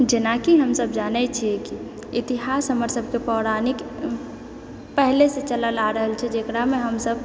जेनाकि हमसभ जानै छियै कि इतिहास हमर सभके पौराणिक पहिलेसँ चलल आ रहल छै जेकरामे हमसभ